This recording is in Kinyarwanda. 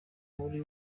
muri